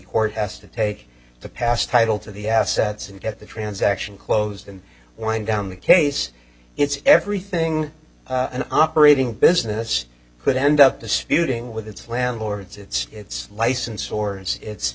court has to take the past title to the assets and get the transaction closed and wind down the case it's everything an operating business could end up disputing with its landlords its its license or its it